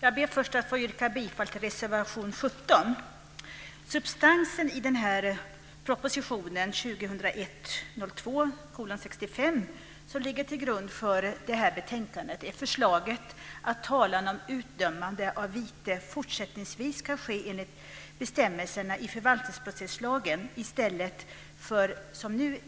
Fru talman! Jag yrkar först bifall till reservation 17. Substansen i den proposition, 2001/02:65, som ligger till grund för detta betänkande är förslaget att talan om utdömande av vite fortsättningsvis ska ske enligt bestämmelserna i förvaltningsprocesslagen i stället för som nu